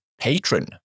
patron